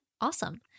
Awesome